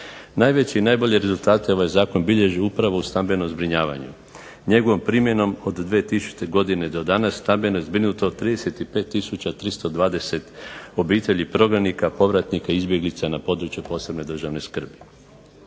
Najveće i najbolje rezultate ovaj zakon bilježi upravo u stambenom zbrinjavanju. Njegovom primjenom od 2000. godine do danas stambeno je zbrinuto 35320 obitelji prognanika, povratnika, izbjeglica na području posebne državne skrbi.